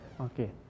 Okay